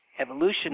evolution